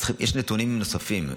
יש נתונים נוספים.